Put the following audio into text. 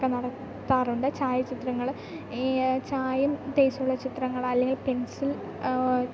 നടത്താറുണ്ട് ഛായാ ചിത്രങ്ങൾ ഈ ചായം തേച്ചുള്ള ചിത്രങ്ങളല്ലെ പെൻസിൽ